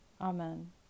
Amen